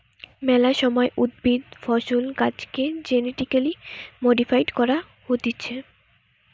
মেলা সময় উদ্ভিদ, ফসল, গাছেকে জেনেটিক্যালি মডিফাইড করা হতিছে